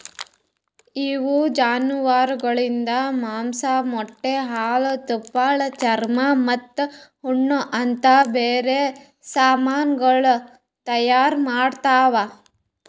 ಇವು ಜಾನುವಾರುಗೊಳಿಂದ್ ಮಾಂಸ, ಮೊಟ್ಟೆ, ಹಾಲು, ತುಪ್ಪಳ, ಚರ್ಮ ಮತ್ತ ಉಣ್ಣೆ ಅಂತ್ ಬ್ಯಾರೆ ಸಮಾನಗೊಳ್ ತೈಯಾರ್ ಮಾಡ್ತಾವ್